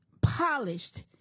polished